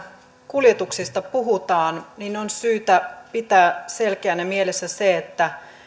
kuljetuksista puhutaan on syytä pitää selkeänä mielessä se että